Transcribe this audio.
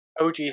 OG